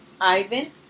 Ivan